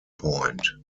point